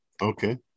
Okay